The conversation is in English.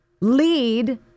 lead